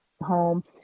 home